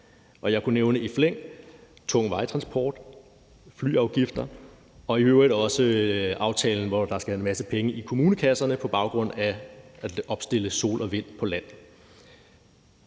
jeg kunne nævne i flæng: tung vejtransport, flyafgifter og i øvrigt også aftalen, hvor der skal en masse penge i kommunekasserne på baggrund af at opstille sol- og vindenergi på land.